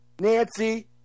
Nancy